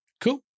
Cool